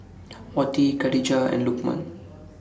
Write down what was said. Wati Khadija and Lukman